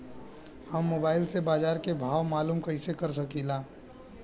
हम मोबाइल से बाजार के भाव मालूम कइसे कर सकीला?